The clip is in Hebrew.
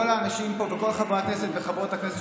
וכל האנשים פה וכל חברי הכנסת וחברות הכנסת